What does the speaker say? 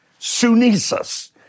Sunesis